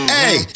Hey